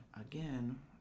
again